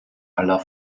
aller